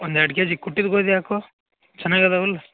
ಒಂದು ಎರ್ಡು K G ಕುಟೀರ ಗೋಧಿ ಹಾಕು ಚೆನ್ನಾಗಿದ್ದೀವಲ್ಲ